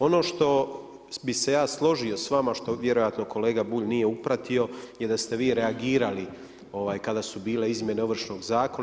Ono što bih se ja složio sa vama što vjerojatno kolega Bulj nije upratio je da ste vi reagirali kada su bile izmjene Ovršnog zakona.